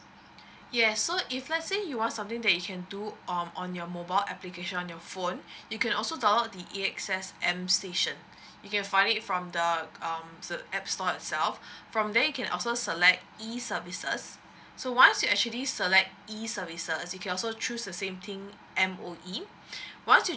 yes so if let's say you want something that you can do on on your mobile application on your phone you can also download the A X S M station you find it from the uh um app store itself from there you can also select E services so once you actually select E services you can also choose the same thing M_O_E once you